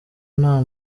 nta